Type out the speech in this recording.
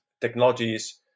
technologies